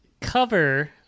cover